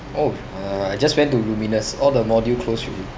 oh ah I just went to lumiNUS all the module close already